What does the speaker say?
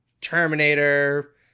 Terminator